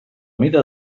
mida